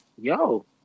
Yo